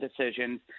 decisions